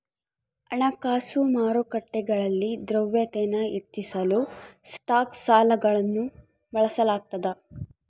ಹಣಕಾಸು ಮಾರುಕಟ್ಟೆಗಳಲ್ಲಿ ದ್ರವ್ಯತೆನ ಹೆಚ್ಚಿಸಲು ಸ್ಟಾಕ್ ಸಾಲಗಳನ್ನು ಬಳಸಲಾಗ್ತದ